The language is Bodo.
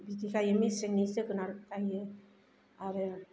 बिदि गायो मेसेंनि जोगोनार गायो आरो